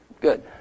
Good